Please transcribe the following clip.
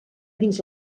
dins